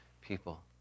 people